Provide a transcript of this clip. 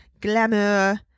glamour